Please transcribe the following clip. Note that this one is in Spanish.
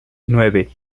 nueve